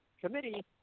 committee